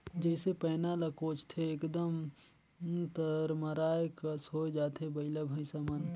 जइसे पैना ल कोचथे एकदम तरमराए कस होए जाथे बइला भइसा मन